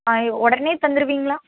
ஆ உடனே தந்துருவீங்களா